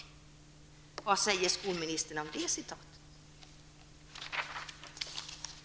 Men vad säger skolministern om det som jag här har återgett?